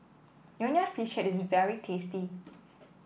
Nonya Fish Head is very tasty